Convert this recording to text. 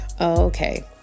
Okay